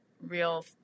real